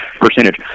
percentage